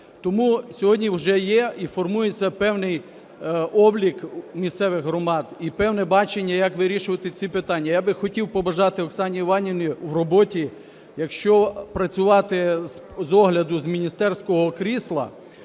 Тому сьогодні вже є і формується певний облік місцевих громад і певне бачення, як вирішувати ці питання. Я би хотів побажати Оксані Іванівні в роботі, якщо працювати з огляду з міністерського крісла,